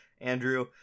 Andrew